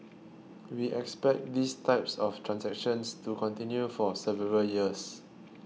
we expect these types of transactions to continue for several years